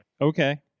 Okay